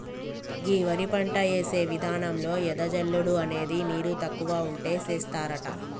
గీ వరి పంట యేసే విధానంలో ఎద జల్లుడు అనేది నీరు తక్కువ ఉంటే సేస్తారట